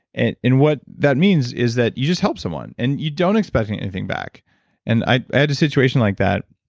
and and what that means is that you just help someone, and you don't expect anything back and i had a situation like that.